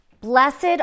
Blessed